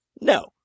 No